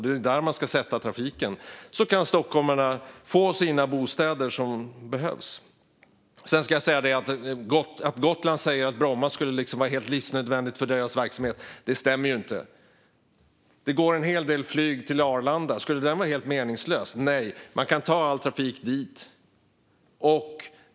Det är där man ska sätta trafiken, så kan stockholmarna få sina bostäder som behövs. Och även om Gotland säger att Bromma skulle vara helt livsnödvändigt för deras verksamhet stämmer inte det. Det går en hel del flyg till Arlanda. Skulle det vara helt meningslöst? Nej. Man kan ta all trafik dit.